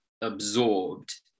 absorbed